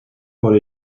por